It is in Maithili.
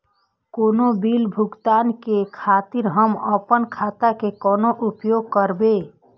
कोनो बील भुगतान के खातिर हम आपन खाता के कोना उपयोग करबै?